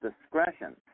discretion